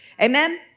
Amen